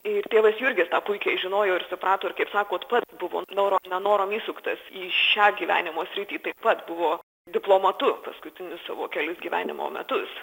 ir tėvas jurgis tą puikiai žinojo ir suprato ir kaip sakot buvo norom nenorom įsuktas į šią gyvenimo sritį taip pat buvo diplomatu paskutinius savo kelis gyvenimo metus